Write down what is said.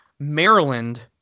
Maryland